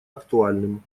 актуальным